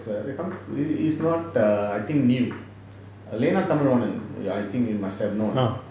it's it's not err I think new leanan tamilvanan I think you must have known